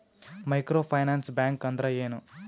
Micro finance bank ಅಂದ್ರ ಏನು?